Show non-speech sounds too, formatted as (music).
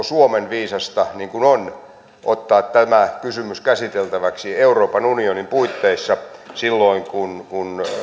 (unintelligible) suomen viisasta niin kuin on ottaa tämä kysymys käsiteltäväksi euroopan unionin puitteissa kun kun